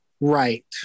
right